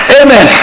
amen